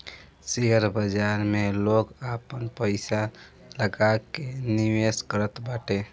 share बाजार में लोग आपन पईसा लगा के निवेश करत बाटे